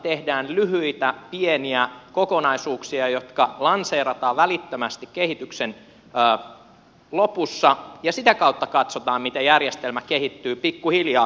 tehdään lyhyitä pieniä kokonaisuuksia jotka lanseerataan välittömästi kehityksen lopussa ja sitä kautta katsotaan miten järjestelmä kehittyy pikkuhiljaa